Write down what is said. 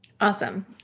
Awesome